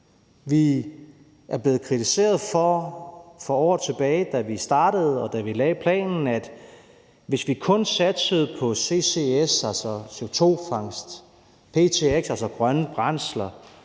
Vi blev kritiseret for år tilbage, da vi startede, og da vi lagde planen. Hvis vi kun satsede på ccs, altså CO2-fangst, på ptx, altså grønne brændsler,